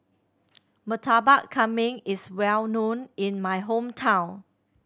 Murtabak Kambing is well known in my hometown